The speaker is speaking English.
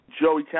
Joey